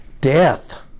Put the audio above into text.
death